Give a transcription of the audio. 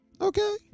Okay